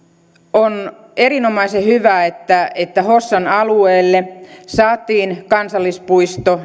on erinomaisen hyvä että että hossan alueelle saatiin kansallispuisto